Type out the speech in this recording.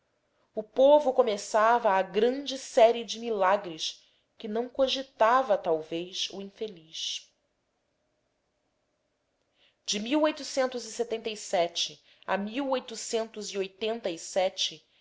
o povo começava a grande série de milagres de que não cogitava talvez o infeliz e a